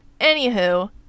Anywho